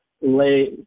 lay